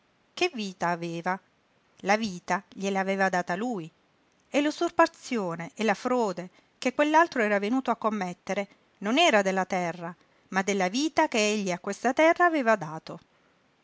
che vita aveva la vita gliel'aveva data lui e l'usurpazione e la frode che quell'altro era venuto a commettere non era della terra ma della vita che egli a questa terra aveva dato